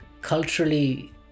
Culturally